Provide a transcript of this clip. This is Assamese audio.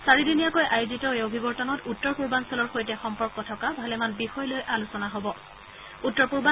চাৰিদিনীয়াকৈ আয়োজিত এই অভিৱৰ্তনত উত্তৰ পূৰ্বাঞ্চলৰ সৈতে সম্পৰ্কিত ভালেমান বিষয় লৈ আলোচনা হব